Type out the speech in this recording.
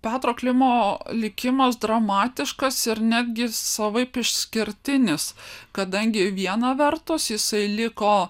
petro klimo likimas dramatiškas ir netgi savaip išskirtinis kadangi viena vertus jisai liko